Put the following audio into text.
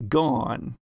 gone